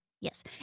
Yes